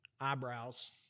eyebrows